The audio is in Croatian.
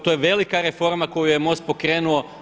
To je velika reforma koju je MOST pokrenuo.